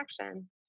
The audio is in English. action